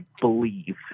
believe